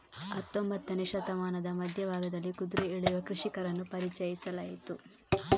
ಹತ್ತೊಂಬತ್ತನೇ ಶತಮಾನದ ಮಧ್ಯ ಭಾಗದಲ್ಲಿ ಕುದುರೆ ಎಳೆಯುವ ಕೃಷಿಕರನ್ನು ಪರಿಚಯಿಸಲಾಯಿತು